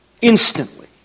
instantly